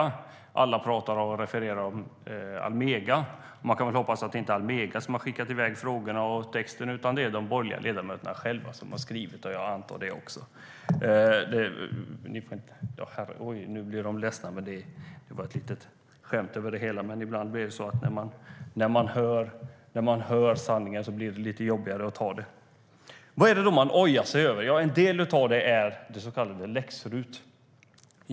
Alla pratar om och refererar till Almega. Man kan ju hoppas att det inte är Almega som har skickat iväg frågorna och texten utan att det är de borgerliga ledamöterna själva som har skrivit. Jag antar det. Vad är det då man ojar sig över? En del av det är det så kallade läx-RUT.